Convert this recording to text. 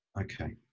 Okay